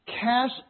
cash